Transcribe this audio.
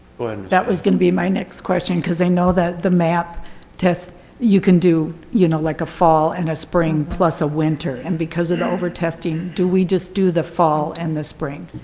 that was gonna be my next question because i know that the map test you can do, you know, like a fall and a spring plus a winter and because of the over testing, do we just do the fall and the spring?